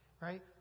right